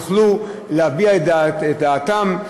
יוכלו להביע את דעתם,